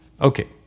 Okay